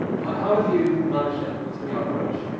how have you managed it? what's been your approach?